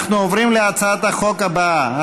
אנחנו עוברים להצעת החוק הבאה,